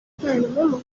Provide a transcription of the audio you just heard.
برنامه